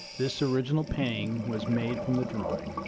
this original painting was made from the drawing.